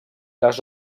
les